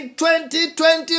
2020